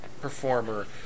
performer